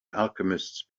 alchemists